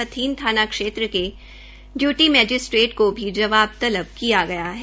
हथीन थाना क्षेत्र के डयूटी मैजिस्ट्रेट को भी जवाब तलब किया गया है